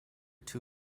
two